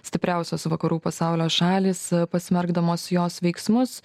stipriausios vakarų pasaulio šalys pasmerkdamos jos veiksmus